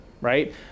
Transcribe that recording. Right